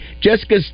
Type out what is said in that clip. Jessica